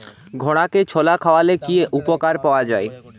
ঘোড়াকে ছোলা খাওয়ালে কি উপকার পাওয়া যায়?